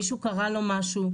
מישהו קרה לו משהו,